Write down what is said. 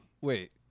Wait